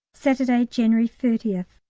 saturday, january thirtieth.